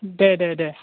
दे दे दे